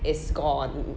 it's gone